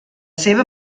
seva